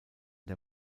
der